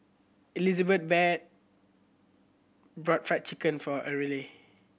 Elizabet bought Fried Chicken for Arley